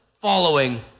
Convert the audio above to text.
following